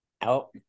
out